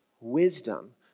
wisdom